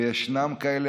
וישנם כאלה.